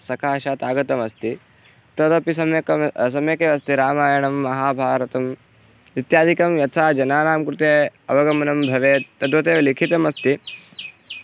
सकाशात् आगतमस्ति तदपि सम्यक् सम्यक् एव अस्ति रामायणं महाभारतम् इत्यादिकं यथा जनानां कृते अवगमनं भवेत् तद्वत् एव लिखितम् अस्ति